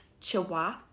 chihuahua